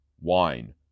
Wine